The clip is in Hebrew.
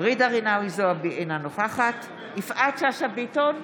ג'ידא רינאוי זועבי, אינה נוכחת יפעת שאשא ביטון,